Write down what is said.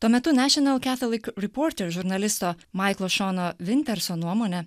tuo metu national catholic reporter žurnalisto maiklo šono vinterso nuomone